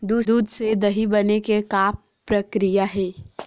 दूध से दही बने के का प्रक्रिया हे?